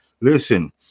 Listen